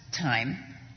time